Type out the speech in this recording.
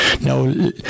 now